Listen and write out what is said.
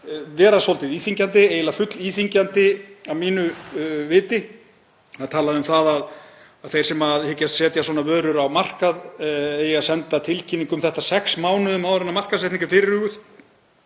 vera svolítið íþyngjandi, eiginlega fullíþyngjandi að mínu viti. Það er talað um að þeir sem hyggjast setja svona vörur á markað eigi að senda tilkynningu um það sex mánuðum áður en markaðssetning er fyrirhuguð,